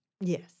Yes